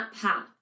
path